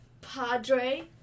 Padre